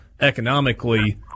economically